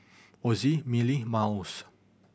Ozi Mili Miles